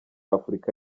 afurika